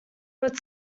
but